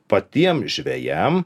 patiem žvejam